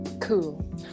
cool